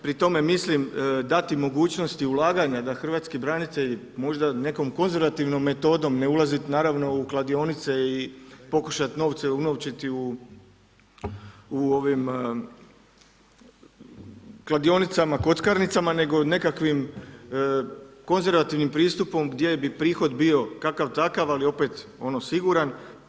Pri tome mislim dati mogućnosti ulaganja da hrvatski branitelji možda nekom konzervativnom metodom ne ulazit naravno u kladionice i pokušat novce unovčiti u ovim kladionicama, kockarnicama, nego nekakvim konzervativnim pristupom gdje bi prihod bio kakav-takav, ali opet ono siguran.